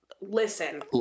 Listen